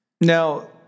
Now